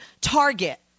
Target